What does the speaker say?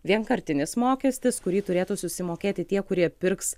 vienkartinis mokestis kurį turėtų susimokėti tie kurie pirks